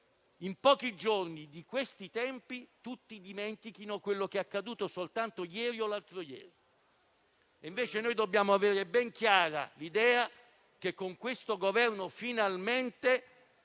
in pochi giorni tutti dimentichino quello che è accaduto soltanto ieri o l'altro ieri. Invece noi dobbiamo avere ben chiara l'idea che con il Governo in